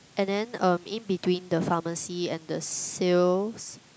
and then um in between the pharmacy and the sales